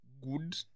good